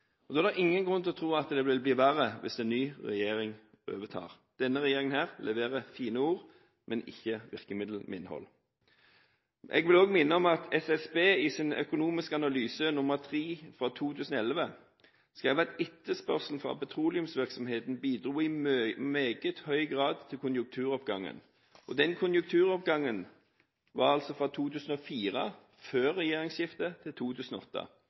er ingen grunn til å tro at det vil bli verre hvis en ny regjering overtar. Denne regjeringen leverer fine ord, men ikke virkemiddel med innhold. Jeg vil også minne om at SSB i sin økonomiske analyse nr. 3 fra 2011 skrev at etterspørselen fra petroleumsvirksomheten i meget høy grad bidro til konjunkturoppgangen. Den konjunkturoppgangen var altså fra 2004 – før regjeringsskiftet – til 2008.